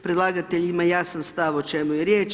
Predlagatelj ima jasan stav o čemu je riječ.